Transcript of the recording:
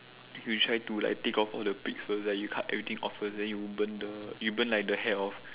we try to take like take off all the pricks first like you cut everything off first they you burn the you burn like the hair off